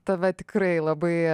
tave tikrai labai